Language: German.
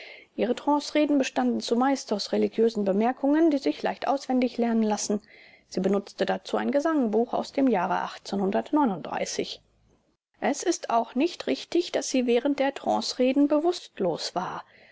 ihre trancereden bestanden zumeist aus religiösen bemerkungen die sich leicht auswendig lernen lassen sie benutzte dazu ein gesangbuch aus dem jahre es ist auch nicht richtig daß sie während der trancereden bewußtlos war